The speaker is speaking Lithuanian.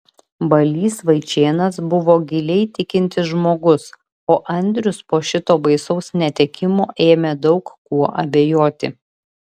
balys vaičėnas buvo giliai tikintis žmogus o andrius po šito baisaus netekimo ėmė daug kuo abejoti